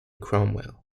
cromwell